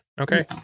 okay